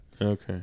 okay